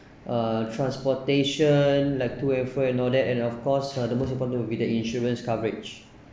uh transportation like to and fro and all that and of course uh the most important will be the insurance coverage